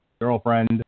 girlfriend